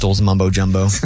mumbo-jumbo